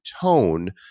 tone